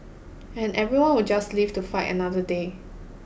and everyone will just live to fight another day